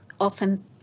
often